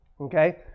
Okay